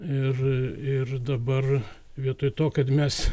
ir dabar vietoj to kad mes